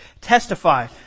Testify